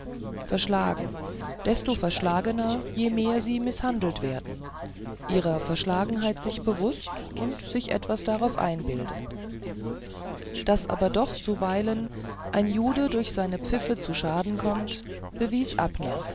verschlagen desto verschlagener je mehr sie mißhandelt werden ihrer verschlagenheit sich bewußt und sich etwas darauf einbildend daß aber doch zuweilen ein jude durch seine pfiffe zu schaden kommt bewies abner